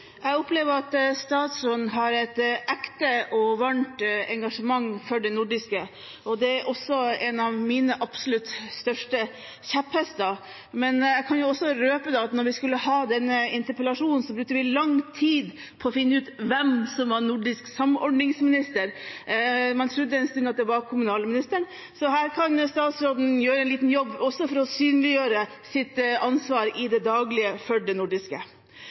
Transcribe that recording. Jeg opplever at statsråden har et ekte og varmt engasjement for det nordiske. Det er også en av mine absolutt største kjepphester. Jeg kan også røpe at da vi skulle ha denne interpellasjonen, brukte vi lang tid på å finne ut hvem som var nordisk samordningsminister. Man trodde en stund at det var kommunalministeren. Så her kan statsråden gjøre en liten jobb for å synliggjøre sitt ansvar i det daglige for det nordiske.